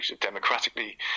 democratically